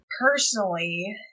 Personally